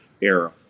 era